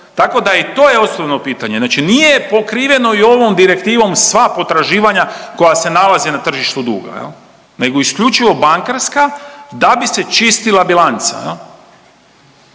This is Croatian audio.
tako da i to je osnovno pitanje. Znači nije pokriveno i ovom direktivom sva potraživanja koja se nalaze na tržištu duga jel, nego isključivo bankarska da bi se čistila bilanca